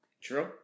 True